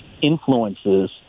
influences